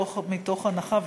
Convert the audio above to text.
מתוך הנחה,